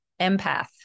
empath